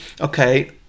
Okay